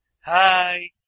Hi